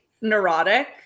neurotic